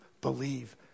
believe